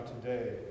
today